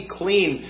clean